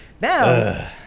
now